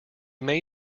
may